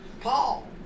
Paul